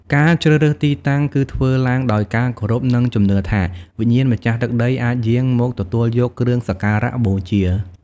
ការជ្រើសរើសទីតាំងគឺធ្វើឡើងដោយការគោរព និងជំនឿថា វិញ្ញាណម្ចាស់ទឹកដីអាចយាងមកទទួលយកគ្រឿងសក្ការៈបូជា។